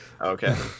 Okay